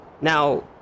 Now